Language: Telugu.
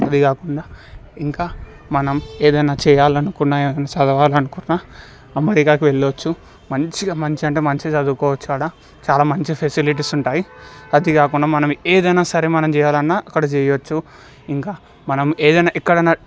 ఇవే కాకుండా ఇంకా మనం ఏదైనా చేయాలనుకున్నా గానీ చదవాలనుకున్న అమెరికాకి వెళ్ళవచ్చు మంచిగ మంచి అంటే మంచిగ చదువుకోవచ్చు ఆడ చాలా మంచి ఫెసిలిటీస్ ఉంటాయి అది కాకుండా మనం ఏదైనాసరే మనం చేయాలన్నా అక్కడ చేయొచ్చు ఇంకా మనం ఏదైనా అక్కడ